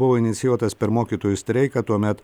buvo inicijuotas per mokytojų streiką tuomet